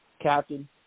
captain